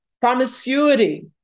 promiscuity